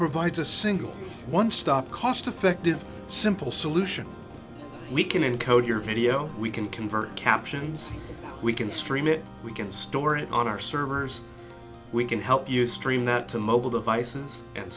provides a single one stop cost effective simple solution we can encode your video we can convert captions we can stream it we can store it on our servers we can help you stream that to mobile devices and